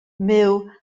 myw